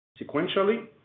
Sequentially